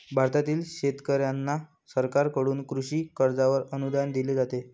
भारतातील शेतकऱ्यांना सरकारकडून कृषी कर्जावर अनुदान दिले जाते